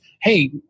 Hey